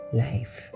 life